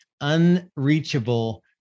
unreachable